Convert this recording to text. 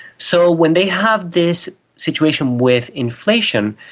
so when they have this situation with inflation,